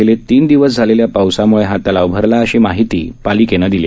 गेले तीन दिवस झालेल्या पावसामुळे हा तलाव भरला अशी माहिती महापालिकेने दिली